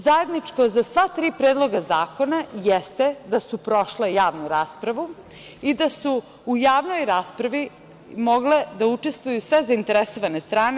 Zajedno za sva tri predloga zakona jeste da su prošla javnu raspravu i da su u javnoj raspravi mogle da učestvuju sve zainteresovane strane.